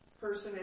Person